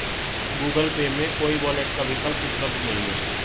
Google Pay में कोई wallet का विकल्प उपलब्ध नहीं है